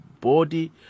body